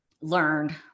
learned